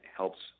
helps